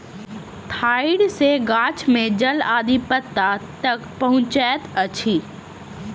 ठाइड़ सॅ गाछ में जल आदि पत्ता तक पहुँचैत अछि